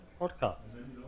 podcast